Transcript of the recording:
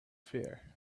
fear